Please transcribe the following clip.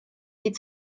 die